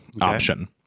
option